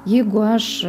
jeigu aš